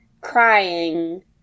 crying